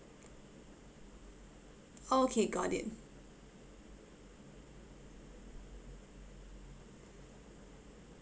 okay got it